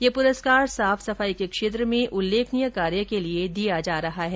ये पुरस्कार साफ सफाई के क्षेत्र में उल्लेखनीय कार्य के लिए दिया जा रहा है